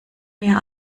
mehr